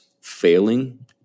failing